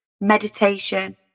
meditation